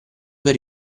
per